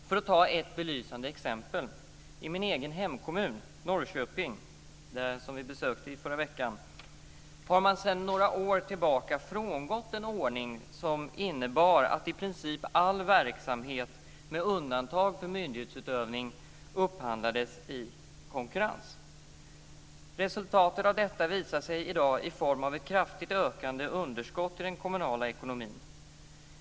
För att ta ett belysande exempel har man i min egen hemkommun, Norrköping, som vi besökte i förra veckan, sedan några år tillbaka frångått den ordning som innebar att i princip all verksamhet med undantag för myndighetsutövning upphandlades i konkurrens. Resultatet av detta visar sig i dag i form av ett kraftigt ökande underskott i den kommunala ekonomin.